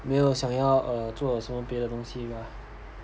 没有想要 err 做什么别的东西 lah